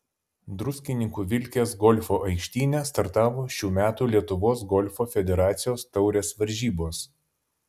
druskininkų vilkės golfo aikštyne startavo šių metų lietuvos golfo federacijos taurės varžybos